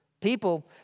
People